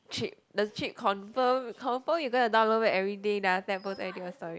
cheat the cheat confirm confirm you gonna download it everyday then after that post everything on story